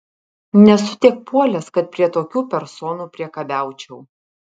nesu tiek puolęs kad prie tokių personų priekabiaučiau